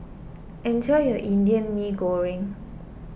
enjoy your Indian Mee Goreng